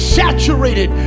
saturated